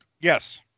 Yes